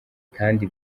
kandi